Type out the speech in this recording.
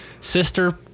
Sister